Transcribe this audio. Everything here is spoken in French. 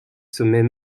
sommets